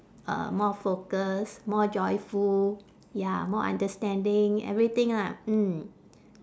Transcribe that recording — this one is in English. uh more focus more joyful ya more understanding everything lah mm